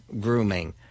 grooming